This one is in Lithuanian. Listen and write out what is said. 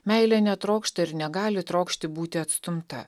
meilė netrokšta ir negali trokšti būti atstumta